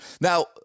Now